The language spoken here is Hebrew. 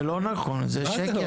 זה לא נכון; זה שקר.